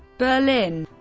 berlin